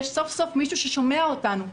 סוף סוף יש מישהו ששומע אותנו,